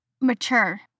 mature